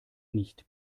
nicht